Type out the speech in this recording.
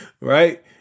right